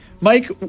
Mike